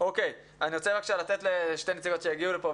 אני רוצה לתת את רשות הדיבור לשתי נציגות שהגיעו לכאן,